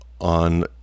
on